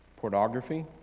pornography